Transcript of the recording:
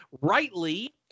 Rightly